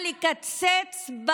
הצחקתם את